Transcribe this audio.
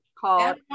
called